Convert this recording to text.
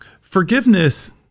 forgiveness